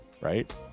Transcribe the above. right